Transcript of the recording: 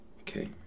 Okay